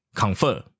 ？confirm